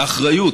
האחריות